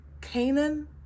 Canaan